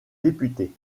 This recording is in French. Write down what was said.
députés